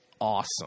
awesome